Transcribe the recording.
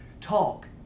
talk